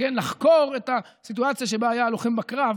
לחקור את הסיטואציה שבה היה הלוחם בקרב,